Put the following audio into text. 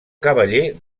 cavaller